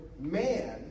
man